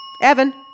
Evan